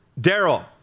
Daryl